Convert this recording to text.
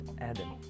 Adam